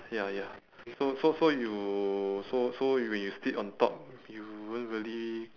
ya ya so so so you so so y~ when you sleep on top you won't really